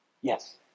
Yes